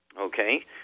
okay